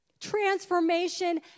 Transformation